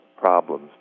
problems